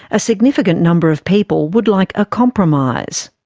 a significant number of people would like a compromise.